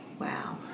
Wow